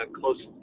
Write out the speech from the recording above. close